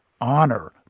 honor